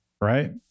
Right